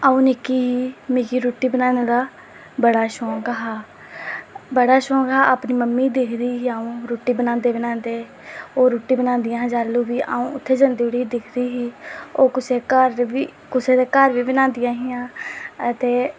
अ'ऊं निक्की ही मिगी रुट्टी बनाने दा बड़ा शौक हा अपनी मम्मी गी दिखधी ही अ'ऊं रुट्टी बनांदे बनांदे ओह् रुट्टी बनांदियां हियां जैह्लूं अऊं उत्थै जंदी उठी ही दिखदी ही ओह् कुसै दे घर बी घर बी बनांदियां हियां ते